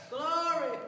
Glory